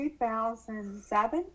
2007